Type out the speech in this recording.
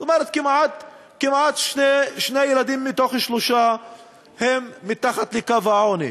זאת אומרת: כמעט שני ילדים מתוך שלושה הם מתחת לקו העוני.